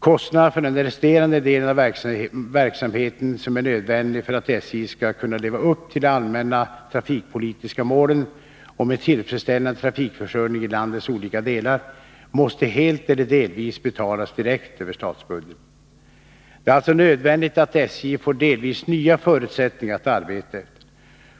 Kostnaderna för den resterande delen av verksamheten, som är nödvändig för att SJ skall kunna leva upp till de allmänna trafikpolitiska målen om en tillfredsställande trafikförsörjning i landets olika delar, måste helt eller delvis betalas direkt över statsbudgeten. Det är alltså nödvändigt att SJ får delvis nya förutsättningar att arbeta efter.